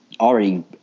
already